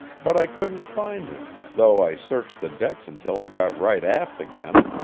but i couldn't find him, though i searched the decks until i got right aft again.